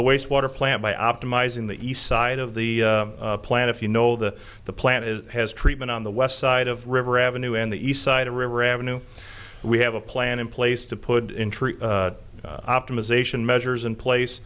the wastewater plant by optimizing the east side of the plant if you know the the plant is has treatment on the west side of river avenue and the east side of river avenue we have a plan in place to put in tree optimization measures in place